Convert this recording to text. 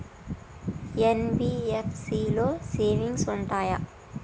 NBFC లో savings ఉంటయా?